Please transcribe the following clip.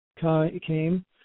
came